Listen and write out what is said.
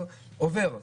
עוברים אחד-אחד,